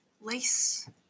Lace